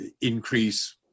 increase